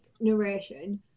narration